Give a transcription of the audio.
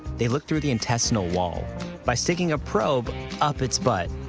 they look through the intestinal wall by sticking a probe up its butt.